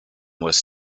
was